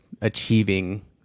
achieving